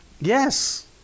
Yes